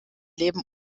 leben